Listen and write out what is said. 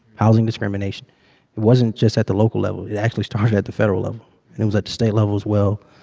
housing discrimination, it wasn't just at the local level. it actually started at the federal level. and it was at the state level as well.